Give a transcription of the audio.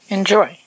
Enjoy